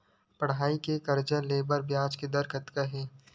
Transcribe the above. पढ़ई के कर्जा ले बर ब्याज दर कतका हे?